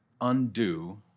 undo